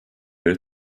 beri